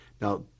Now